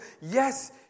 Yes